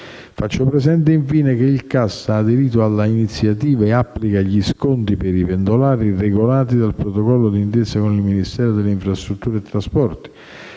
Faccio presente, infine, che il CAS ha aderito all'iniziativa e applica gli sconti per i pendolari regolati dal protocollo di intesa con il Ministero delle infrastrutture e dei trasporti,